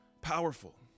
powerful